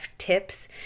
tips